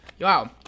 Wow